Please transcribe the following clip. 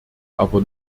aber